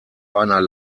einer